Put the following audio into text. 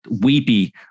weepy